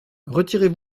retirez